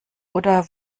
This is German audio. oder